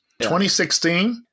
2016